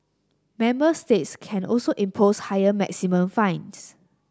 member states can also impose higher maximum fines